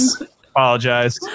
Apologize